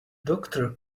doctor